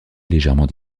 légèrement